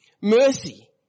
Mercy